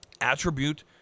attribute